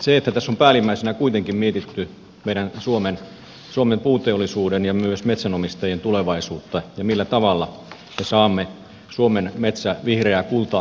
tässä on päällimmäisenä kuitenkin mietitty meidän suomen puuteollisuuden ja myös metsänomistajien tulevaisuutta ja sitä millä tavalla me saamme suomen metsää vihreää kultaa hyödynnettyä